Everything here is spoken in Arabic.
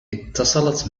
اتصلت